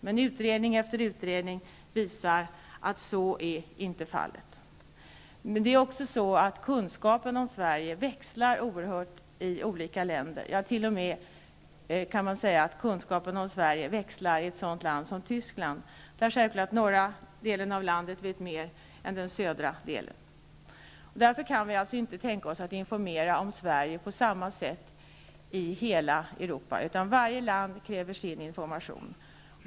Men utredning efter utredning visar att så inte är fallet. Men kunskapen om Sverige växlar oerhört mellan olika länder. Man kan t.o.m. se att kunskapen om Sverige växlar i ett land som Tyskland, där man i den norra delen av landet naturligtvis vet mer om Sverige än vad man vet i den södra delen. Därför kan vi alltså inte tänka oss att informera om Sverige på samma sätt i hela Europa, utan varje land kräver sin information.